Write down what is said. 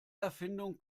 erfindung